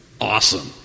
awesome